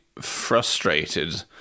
frustrated